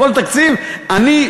כל תקציב: אני,